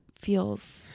feels